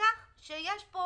לכך שיש פה